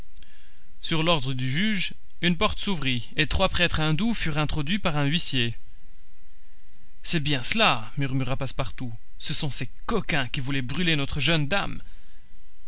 sur l'ordre du juge une porte s'ouvrit et trois prêtres indous furent introduits par un huissier c'est bien cela murmura passepartout ce sont ces coquins qui voulaient brûler notre jeune dame